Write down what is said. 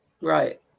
right